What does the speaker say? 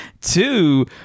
two